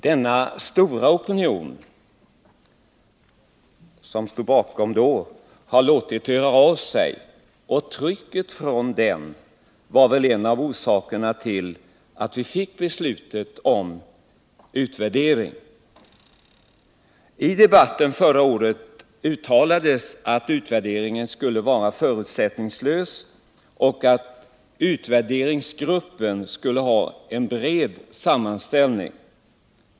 Den stora opinion som stod bakom denna uppfattning har låtit höra av sig, och trycket från den var väl en av orsakerna till att vi fick beslutet om utvärdering. I debatten förra året uttalades att utvärderingen skulle vara förutsättningslös och att utvärderingsgruppen skulle ha en bred sammansättning.